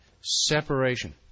separation